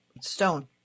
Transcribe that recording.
stone